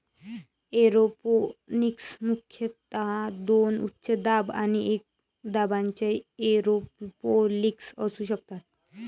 aeroponics मुख्यतः दोन उच्च दाब आणि कमी दाबाच्या एरोपोनिक्स असू शकतात